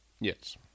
yes